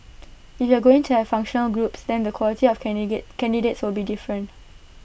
if you're going to have functional groups then the quality of candidate candidates will be different